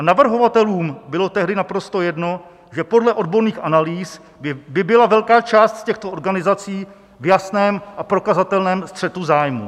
Navrhovatelům bylo tehdy naprosto jedno, že podle odborných analýz by byla velká část z těchto organizací v jasném a prokazatelném střetu zájmu.